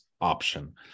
option